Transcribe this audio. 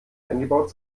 eingebaut